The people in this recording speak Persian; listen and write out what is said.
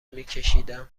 میکشیدم